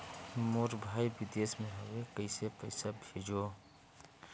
मोर भाई विदेश मे हवे कइसे पईसा भेजो?